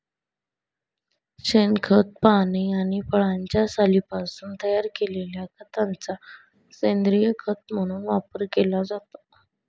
शेणखत, पाने आणि फळांच्या सालींपासून तयार केलेल्या खताचा सेंद्रीय खत म्हणून वापर केला जातो